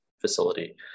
facility